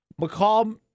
McCall